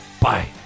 Bye